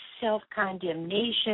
self-condemnation